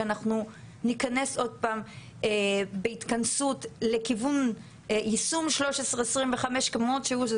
שאנחנו ניכנס עוד פעם בהתכנסות לכיוון יישום 1325 כמות שהוא.